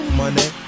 money